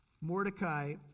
Mordecai